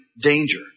danger